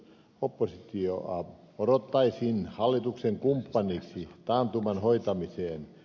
oppositiota odottaisin hallituksen kumppaniksi taantuman hoitamiseen